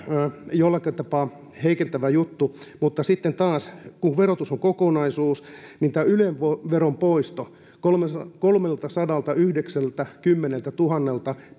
jollakin tapaa heikentävä juttu mutta sitten taas kun verotus on kokonaisuus niin tämä yle veron poisto kolmeltasadaltayhdeksältäkymmeneltätuhannelta